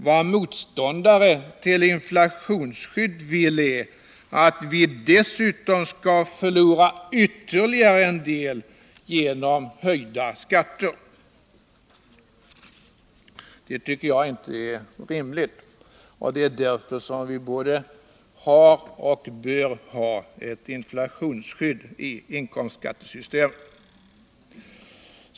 Vad motståndare till inflationsskyddet vill är att vi dessutom skall förlora ytterligare en del genom höjda skatter. Det tycker jag inte är rimligt, och det är därför vi bör ha ett inflationsskydd i inkomstskattesystemet.